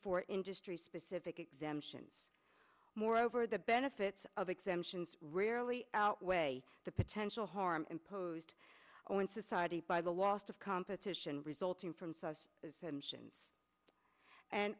for industry specific exemptions moreover the benefits of exemptions rarely outweigh the potential harm imposed open society by the lost of competition resulting from sauce is engines and